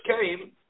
came